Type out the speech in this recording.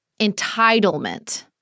entitlement